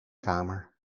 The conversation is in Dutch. kamer